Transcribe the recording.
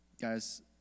guys